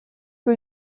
que